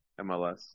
MLS